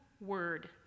word